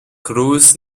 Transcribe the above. cruz